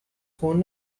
phone